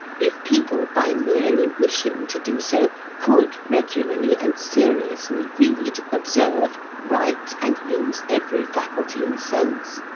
if people, by merely wishing to do so, could regularly and seriously read, observe, write, and use every faculty and sense,